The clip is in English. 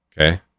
Okay